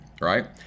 Right